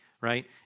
right